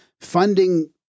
funding